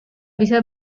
bisa